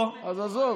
אז עזוב.